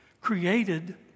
created